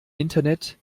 internet